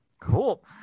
cool